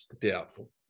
Doubtful